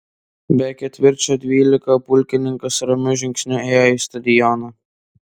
be ketvirčio dvyliktą pulkininkas ramiu žingsniu ėjo į stadioną